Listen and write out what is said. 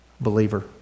believer